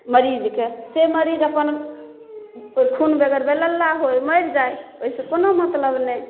मरीजके से मरीज अपन खून बगैर बेलल्ला होइ मरि जाइ ओहि सऽ कोनो मतलब नहि